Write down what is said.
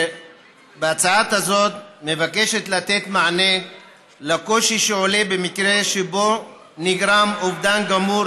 שההצעה הזאת מבקשת לתת מענה על קושי שעולה במקרה שבו נגרם אובדן גמור,